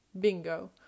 Bingo